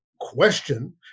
question